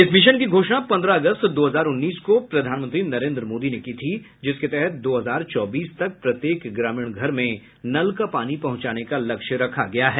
इस मिशन की घोषणा पन्द्रह अगस्त दो हजार उन्नीस को प्रधानमंत्री नरेंद्र मोदी ने की थी जिसके तहत दो हजार चौबीस तक प्रत्येक ग्रामीण घर में नल का पानी पहुंचाने का लक्ष्य रखा गया है